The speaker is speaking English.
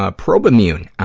ah probimune.